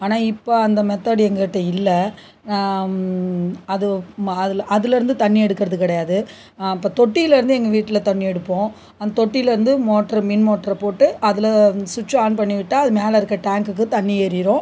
ஆனால் இப்போ அந்த மெத்தடு எங்கள்கிட்ட இல்லை அது அதில் இருந்து தண்ணி எடுக்கிறது கிடையாது அப்போ தொட்டிலிருந்து எங்கள் வீட்டில் தண்ணி எடுப்போம் அந்த தொட்டிலிருந்து வந்து மோட்டர் மின் மோட்டர் போட்டு அதில் ஸ்விச் ஆன் பண்ணிவிட்டால் அது மேல் இருக்க டேங்குக்கு தண்ணி ஏறிடும்